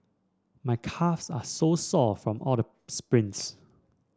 my calves are so sore from all the sprints